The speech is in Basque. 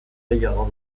gehiago